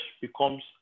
becomes